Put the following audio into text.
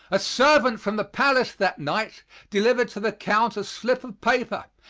a servant from the palace that night delivered to the count a slip of paper,